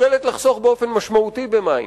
מסוגלת לחסוך באופן משמעותי במים,